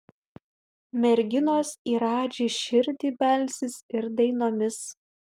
merginos į radži širdį belsis ir dainomis